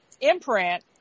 imprint